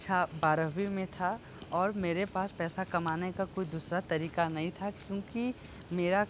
कक्षा बारहवीं मे था और मेरे पास पैसा कमाने का कोई दूसरा तरीका नहीं था क्योंकि मेरा